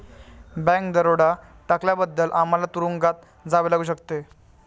bank दरोडा टाकल्याबद्दल आम्हाला तुरूंगात जावे लागू शकते